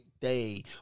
day